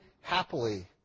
happily